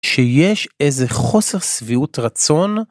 שיש איזה חוסר שביעות רצון.